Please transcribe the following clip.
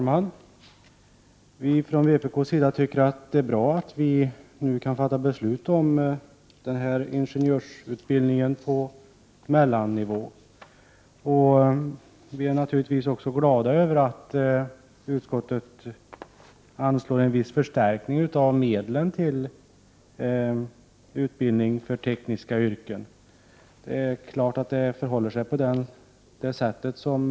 Fru talman! Vi i vpk tycker att det är bra att riksdagen nu kan fatta beslut om denna ingenjörsutbildning på mellannivå. Vi är naturligtvis också glada över att utskottet föreslår en viss förstärkning av medlen till utbildningen för tekniska yrken. Det är klart att det förhåller sig så som Larz Johansson här Prot.